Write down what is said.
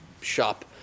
shop